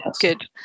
Good